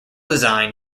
design